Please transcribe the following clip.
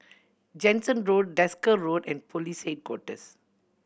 Jansen Road Desker Road and Police Headquarters